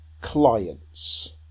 clients